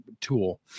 tool